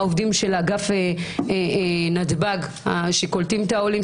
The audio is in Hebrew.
העובדים של אגף נתב"ג שקולטים את העולים,